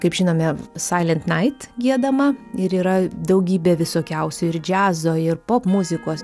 kaip žinome sailent nait giedama ir yra daugybė visokiausių ir džiazo ir popmuzikos